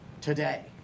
today